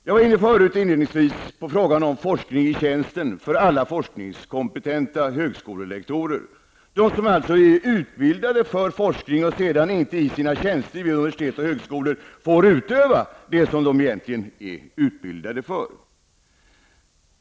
Jag var inledningsvis inne på frågan om forskning i tjänsten för alla forskningskompetenta högskolelektorer, alltså för dem som är utbildade för forskning och sedan inte i sina tjänster vid universitet och högskolor får utöva det som de egentligen är utbildade för.